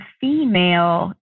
female